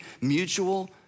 mutual